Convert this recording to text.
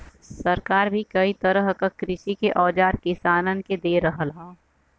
सरकार भी कई तरह क कृषि के औजार किसानन के दे रहल हौ